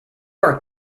are